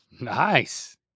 Nice